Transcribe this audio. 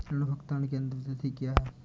ऋण भुगतान की अंतिम तिथि क्या है?